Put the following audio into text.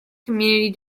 community